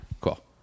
Cool